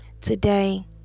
Today